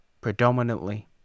predominantly